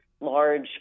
large